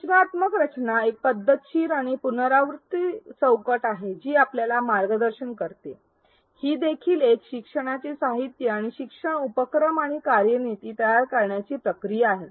सूचनात्मक रचना एक पद्धतशीर आणि पुनरावृत्ती चौकट आहे जी आपल्याला मार्गदर्शन करते ही देखील एक शिकवण्याचे साहित्य आणि शिक्षण उपक्रम आणि कार्यनीती तयार करण्याची प्रक्रिया आहे